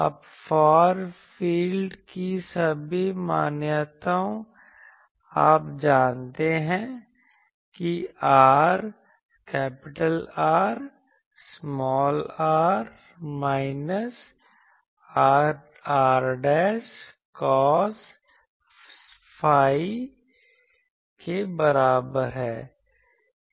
अब far field की सभी मान्यताओं आप जानते हैं कि R r minus r cos psi के बराबर है